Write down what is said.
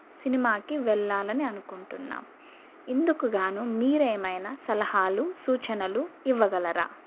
సినిమాకి వెళ్ళాలని అనుకుంటున్నాం ఇందుకు గాను మీరేమైనా సలహాలు సూచనలు ఇవ్వగలరా